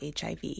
HIV